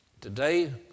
Today